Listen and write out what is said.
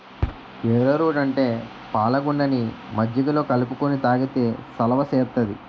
ఏరో route అంటే పాలగుండని మజ్జిగలో కలుపుకొని తాగితే సలవ సేత్తాది